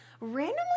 Randomly